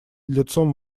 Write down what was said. лицом